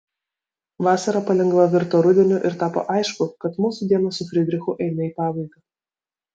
vasara palengva virto rudeniu ir tapo aišku kad mūsų dienos su fridrichu eina į pabaigą